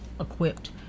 equipped